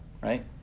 right